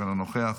אינה נוכחת,